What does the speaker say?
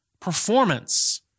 Performance